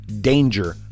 danger